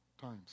times